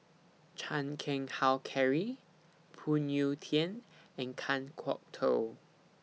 Chan Keng Howe Karry Phoon Yew Tien and Kan Kwok Toh